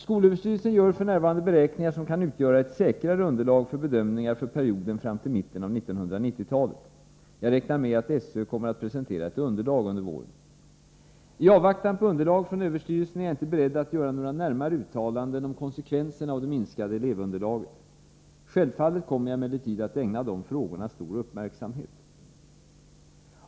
Skolöverstyrelsen gör f.n. beräkningar som kan utgöra ett säkrare underlag för bedömningar för perioden fram till mitten på 1990-talet. Jag räknar med att SÖ kommer att presentera ett underlag under våren. I avvaktan på underlag från SÖ är jag inte beredd att göra några närmare uttalanden om konsekvenserna av det minskande elevunderlaget. Självfallet kommer jag emellertid att ägna dessa frågor stor uppmärksamhet.